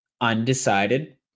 Undecided